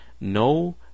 no